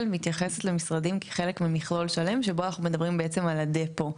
מתייחסת למשרדים כחלק ממכלול שלם שבו אנחנו מדברים בעצם על הדפו.